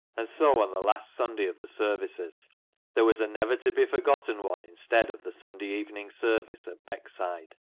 and so on the last sunday of the services there was a never-to-be-forgotten one instead of the sunday evening service at beck side.